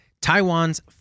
Taiwan's